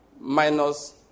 minus